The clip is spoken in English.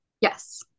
Yes